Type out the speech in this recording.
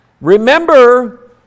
Remember